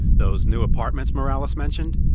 those new apartments morales mentioned?